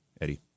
Eddie